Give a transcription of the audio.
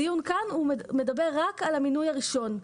הדיון כאן מדבר רק על המינוי הראשון.